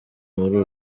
muri